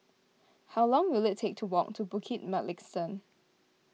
how long will it take to walk to Bukit Mugliston